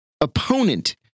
opponent